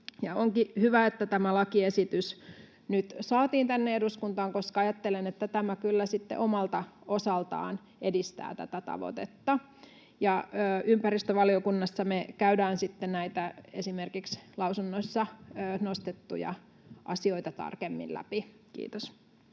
Onkin hyvä, että tämä lakiesitys nyt saatiin tänne eduskuntaan, koska ajattelen, että tämä kyllä sitten omalta osaltaan edistää tätä tavoitetta. Ja ympäristövaliokunnassa me käydään sitten esimerkiksi näitä lausunnoissa nostettuja asioita tarkemmin läpi. — Kiitos.